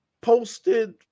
posted